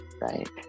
right